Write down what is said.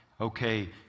okay